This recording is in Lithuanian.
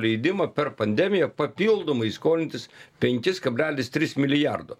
leidimą per pandemiją papildomai skolintis penkis kablkelis tris milijardo